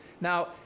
Now